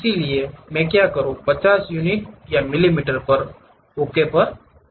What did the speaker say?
उसके लिए मैं क्या करूँ 50 यूनिट या मिलीमीटर और ओके पर क्लिक करें